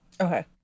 Okay